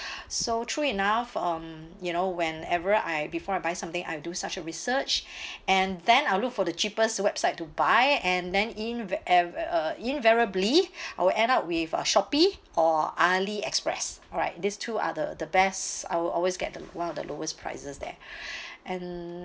so true enough um you know whenever I before I buy something I would do such a research and then I'll look for the cheapest website to buy and then in a~ uh invariably I will end up with uh Shopee or Ali express alright this two are the the best I will always get them what are the lowest prices there and